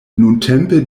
nuntempe